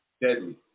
deadly